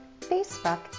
Facebook